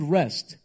rest